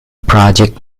project